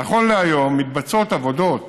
נכון להיום מתבצעות עבודות